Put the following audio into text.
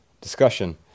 discussion